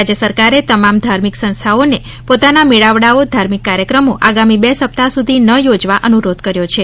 રાજય સરકારે તમામ ધાર્મિક સંસ્થા નોને પોતાના મેળાવડાઓ ધાર્મિક કાર્યક્રમો આગામી બે સપ્તાહ સુધી ના યોજવા અનુરોધ કર્યો છે